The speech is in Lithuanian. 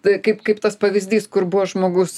tai kaip kaip tas pavyzdys kur buvo žmogus